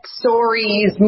stories